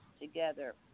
together